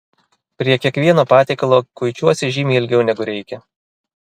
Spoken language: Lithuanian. prie kiekvieno patiekalo kuičiuosi žymiai ilgiau negu reikia